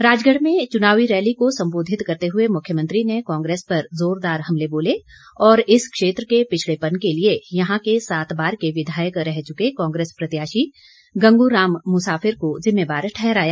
राजगढ़ में च्नावी रैली को संबोधित करते हुए मुख्यमंत्री ने कांग्रेस पर जोरदार हमले बोले और इस क्षेत्र के पिछड़ेपन के लिए यहां के सात बार के विधायक रह चुके कांग्रेस प्रत्याशी गंगूराम मुसाफिर को जिम्मेवार ठहराया